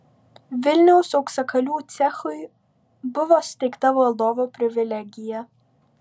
vilniaus auksakalių cechui buvo suteikta valdovo privilegija